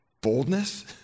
boldness